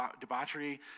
debauchery